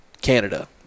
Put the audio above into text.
Canada